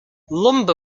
lumber